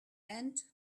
and